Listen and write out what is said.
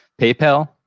PayPal